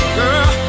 Girl